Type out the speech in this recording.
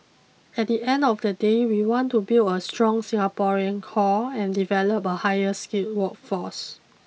at the end of the day we want to build a strong Singaporean core and develop a higher skilled workforce